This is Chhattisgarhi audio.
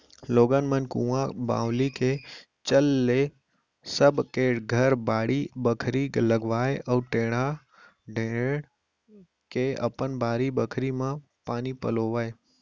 लोगन मन कुंआ बावली के चल ले सब के घर बाड़ी बखरी लगावय अउ टेड़ा टेंड़ के अपन बारी बखरी म पानी पलोवय